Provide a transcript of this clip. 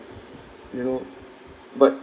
you know but